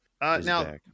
Now